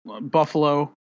Buffalo